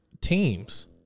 teams